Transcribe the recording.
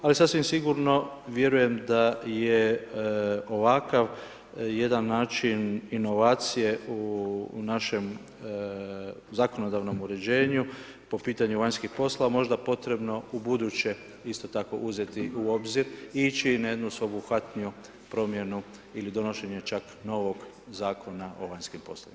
Ali, sasvim sigurno, vjerujem da je ovakav jedan način inovacije u našem zakonodavnom uređenju, po pitanju vanjskih poslova, možda potrebno ubuduće isto tako uzeti u obzir i ići na jednu sveobuhvatniju promjenu ili donošenje čak novog Zakona o vanjskim poslovima.